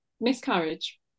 miscarriage